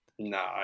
No